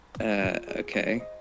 Okay